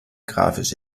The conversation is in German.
grafisch